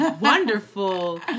wonderful